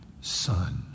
Son